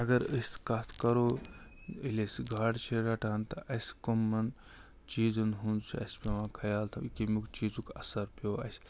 اَگر أسۍ کَتھ کَرو ییٚلہِ أسۍ گاڈٕ چھِ رٹان تہِ اَسہِ کَمَن چیٖزَن ہُنٛد چھِ اَسہِ پٮ۪وان خیال تھاوُن کَمیُک چیٖزُک اثَر پیوٚو اَسہِ